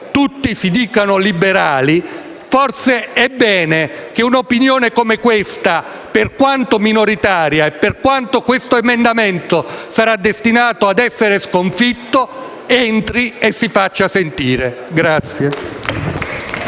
tutti si dicono liberali è forse bene che un'opinione come questa, per quanto minoritaria e per quanto l'emendamento in esame sia destinato a essere sconfitto, entri e si faccia sentire.